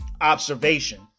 observation